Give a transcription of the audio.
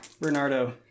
Bernardo